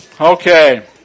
Okay